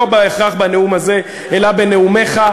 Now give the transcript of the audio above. לא בהכרח בנאום הזה אלא בנאומיך,